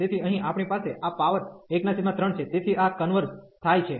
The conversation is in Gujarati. તેથી અહીં આપણી પાસે આ પાવર 13 છે તેથી આ કન્વર્ઝ થાય છે